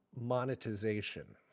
monetization